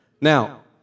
Now